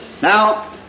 Now